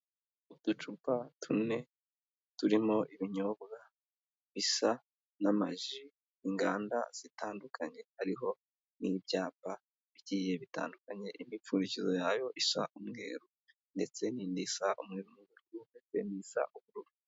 Uducupa tune turimo ibinyobwa bisa n'amaji y'inganda zitandukanye, hariho n'ibyapa bigiye bitandukanye, imipfundikizo yayo isa umweru ndetse n'indi isa umwe n'ubururu, ndetse n'isa ubururu.